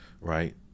right